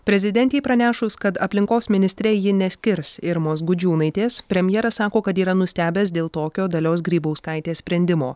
prezidentei pranešus kad aplinkos ministre ji neskirs irmos gudžiūnaitės premjeras sako kad yra nustebęs dėl tokio dalios grybauskaitės sprendimo